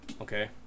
Okay